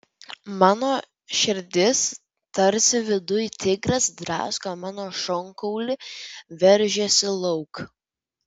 mano širdis tarsi viduj tigras drasko mano šonkaulį veržiasi lauk